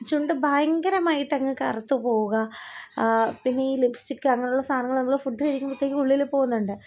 ചുണ്ട് ഭയങ്കരമായിട്ടങ്ങ് കറുത്ത് പോവുക പിന്നെ ഈ ലിപ്സ്റ്റിക്ക് അങ്ങനെയുള്ള സാധനങ്ങള് നമ്മള് ഫുഡ് കഴിക്കുമ്പോഴത്തേക്കും ഉള്ളില് പോകുന്നുണ്ട്